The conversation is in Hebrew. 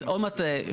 אז עוד מעט,